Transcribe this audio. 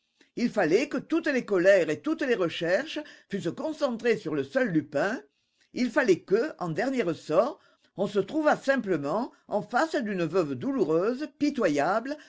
il fallait que toutes les colères et toutes les recherches fussent concentrées sur le seul lupin il fallait que en dernier ressort on se trouvât simplement en face d'une veuve douloureuse pitoyable